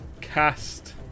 cast